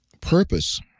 purpose